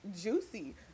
juicy